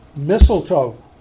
Mistletoe